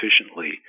efficiently